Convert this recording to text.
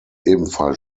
ebenfalls